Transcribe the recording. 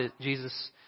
Jesus